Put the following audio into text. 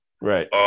Right